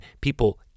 people